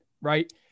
right